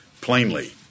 plainly